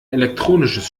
elektronisches